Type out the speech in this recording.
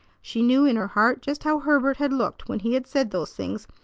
she knew in her heart just how herbert had looked when he had said those things,